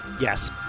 Yes